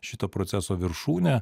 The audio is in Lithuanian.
šito proceso viršūnė